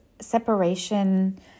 separation